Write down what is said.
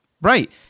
right